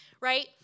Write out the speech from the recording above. right